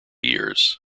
years